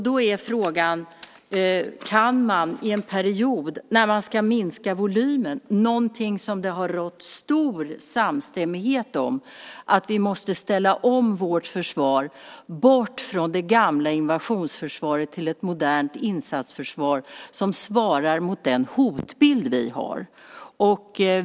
Det har rått stor samstämmighet om att vi ska minska volymen, att vi måste ställa om vårt försvar genom att gå ifrån det gamla invasionsförsvaret till ett modernt insatsförsvar som svarar mot den hotbild vi har.